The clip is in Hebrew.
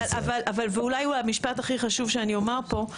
דבר אחרון, וזה אולי המשפט הכי חשוב שאומר פה: